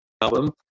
album